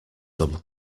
some